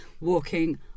walking